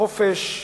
חופש הבמאי,